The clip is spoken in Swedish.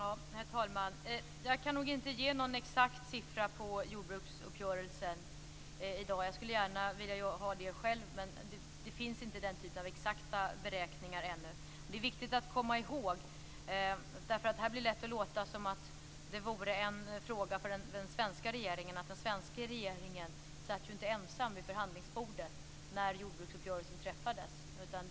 Herr talman! Jag kan inte ge någon exakt siffra på jordbruksuppgörelsen i dag. Jag skulle gärna vilja ha den själv, men det finns inte den typen av exakta beräkningar ännu. Det blir lätt så att det låter som om det vore en fråga för den svenska regeringen. Den svenska regeringen satt inte ensam vid förhandlingsbordet när jordbruksuppgörelsen träffades.